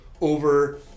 over